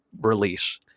release